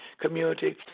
community